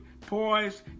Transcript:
poised